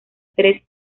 tres